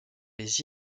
les